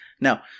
Now